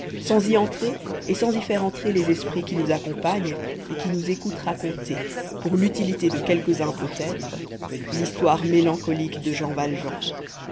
sans y entrer et sans y faire entrer les esprits qui nous accompagnent et qui nous écoutent raconter pour l'utilité de quelques-uns peut-être l'histoire mélancolique de jean valjean